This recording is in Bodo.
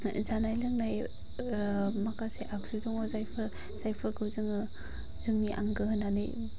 जानाय लोंनाय माखासे आगजु दङ जायफोर जायफोरखौ जोङो जोंनि आंगो होननानै